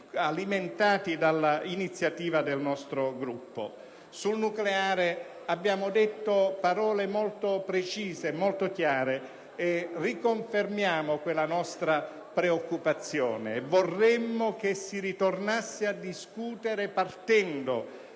alimentati dall'iniziativa del nostro Gruppo. Sul nucleare abbiamo detto parole molto precise, molto chiare, e riconfermiamo quella nostra preoccupazione. Vorremmo che si tornasse a discutere partendo